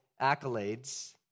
accolades